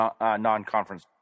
non-conference